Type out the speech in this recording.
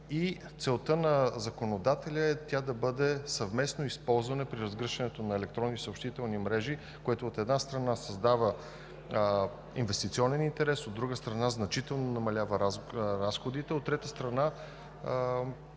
целта на законодателя е тя да бъде съвместно използвана при разгръщането на електронни и съобщителни мрежи, което, от една страна, създава инвестиционен интерес, от друга страна, значително намалява разходите, от трета страна,